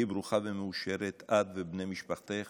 היי ברוכה ומאושרת, את ובני משפחתך